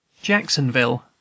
Jacksonville